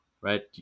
right